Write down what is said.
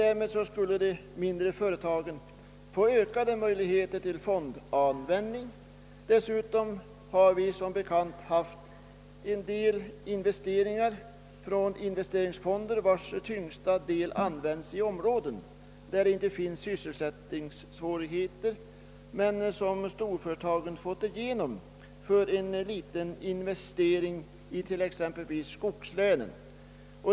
Därmed skulle även de mindre företagen få ökade möjligheter till fondanvändning. Dessutom har vi som bekant haft åtskilliga investeringar från investeringsfonder, vilkas tyngsta del använts i områden där det inte finns sysselsättningssvårigheter men som storföretagen fått igenom för en liten investering i t.ex. skogslänen.